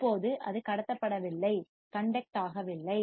இப்போது அது கடத்தப்படவில்லை கண்டக்ட் ஆகவில்லை